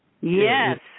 Yes